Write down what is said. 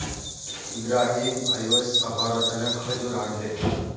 इब्राहिम अयेज सभारो तने खजूर आनले